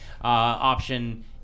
option